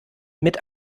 mit